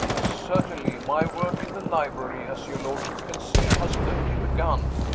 certainly. my work in the library, as your lordship can see, has only begun.